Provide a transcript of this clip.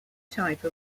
type